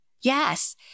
Yes